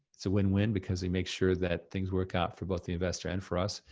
it's a win-win because he makes sure that things work out for both the investor and for us.